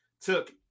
took